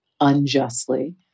unjustly